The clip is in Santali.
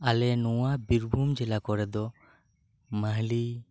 ᱟᱞᱮ ᱱᱚᱶᱟ ᱵᱤᱨᱵᱷᱩᱢ ᱡᱮᱞᱟ ᱠᱚᱨᱮ ᱫᱚ ᱢᱟᱦᱞᱤ